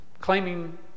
claiming